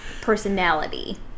personality